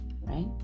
right